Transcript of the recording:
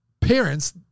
parents